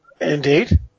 Indeed